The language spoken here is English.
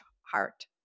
heart